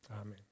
Amen